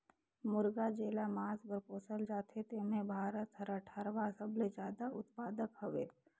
मुरगा जेला मांस बर पोसल जाथे तेम्हे भारत हर अठारहवां सबले जादा उत्पादक हवे